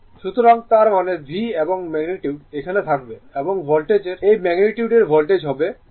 সুতরাং তার মানে V এবং ম্যাগনিটিউড এখানে থাকবে এবং ভোল্টেজের এই ম্যাগনিটিউডর ভোল্টেজ হবে হবে